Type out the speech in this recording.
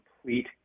complete